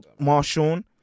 Marshawn